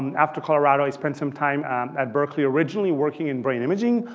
and after colorado, i spent some time at berkeley originally working in brain imaging.